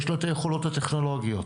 יש לה היכולות והטכנולוגיות.